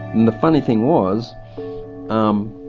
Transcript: and the funny thing was um